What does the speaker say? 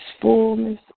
fullness